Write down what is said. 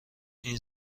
این